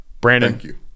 Brandon